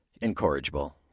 incorrigible